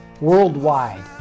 worldwide